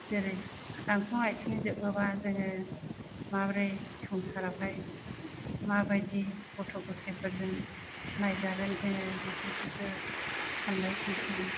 जेरै गांखं आथिं जोबोबा जोङो माब्रै संसारावहाय माबादि गथ' ग'थायफोरजों नायजागोन जोङो बेफोरखौसो सानाय फैसै